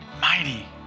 mighty